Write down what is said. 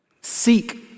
seek